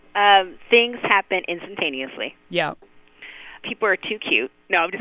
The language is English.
um things happen instantaneously yeah people are too cute. no, but and